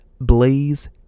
Blaze